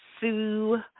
Sue